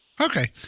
Okay